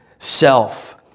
Self